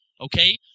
Okay